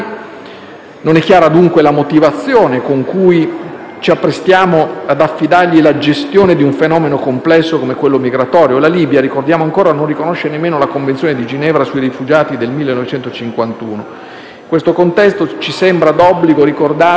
non è chiara, dunque, la motivazione con cui ci apprestiamo ad affidargli la gestione di un fenomeno complesso come quello migratorio. La Libia - ricordiamo ancora - non riconosce nemmeno la Convenzione di Ginevra sui rifugiati del 1951. In questo contesto, ci sembra d'obbligo ricordare